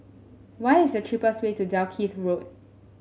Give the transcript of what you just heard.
what is the cheapest way to Dalkeith Road